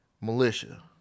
Militia